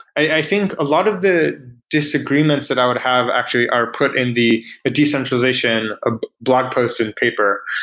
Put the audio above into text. i think a lot of the disagreements that i would have actually are put in the decentralization ah blog post and paper,